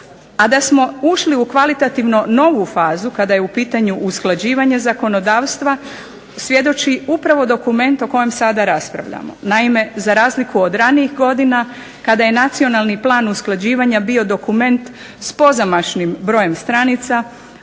A da smo ušli u kvalitativno novu fazu, kada je u pitanju usklađivanje zakonodavstva, svjedoči upravo dokument o kojem sada raspravljamo. Naime za razliku od ranijih godina, kada je nacionalni plan usklađivanja bio dokument s pozamašnim brojem stranica,